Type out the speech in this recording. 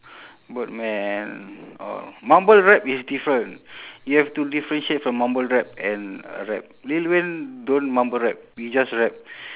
birdman or mumble rap is different you have to differentiate from mumble rap and uh rap lil wayne don't mumble rap he just rap